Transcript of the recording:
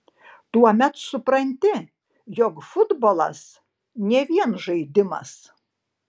tuomet supranti jog futbolas ne vien žaidimas